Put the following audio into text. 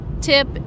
tip